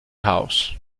house